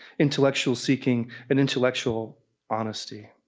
intellectual seeking and intellectual honesty.